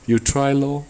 you try lor